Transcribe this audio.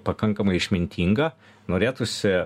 pakankamai išmintinga norėtųsi